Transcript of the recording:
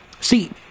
See